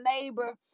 neighbor